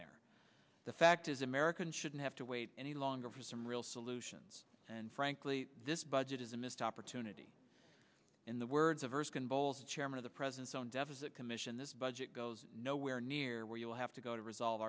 there the fact is americans shouldn't have to wait any longer for some real solutions and frankly this budget is a missed opportunity in the words of erskine bowles chairman of the president's own deficit commission this budget goes nowhere near where you'll have to go to resolve